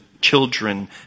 children